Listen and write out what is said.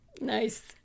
nice